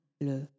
le